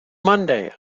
monday